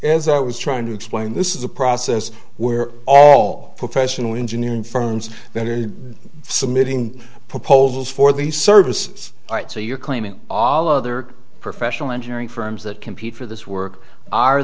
as i was trying to explain this is a process where all professional engineering firms that are submitting proposals for these services aren't so you're claiming all other professional engineering firms that compete for this work are